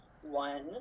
one